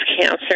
cancer